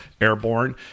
airborne